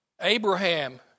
Abraham